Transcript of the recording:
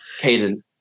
Caden